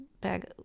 bag